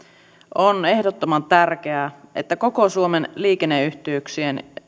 on ehdottoman tärkeää että koko suomen liikenneyhteyksien